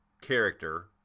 character